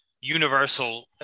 Universal